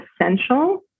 essential